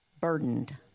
Burdened